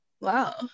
wow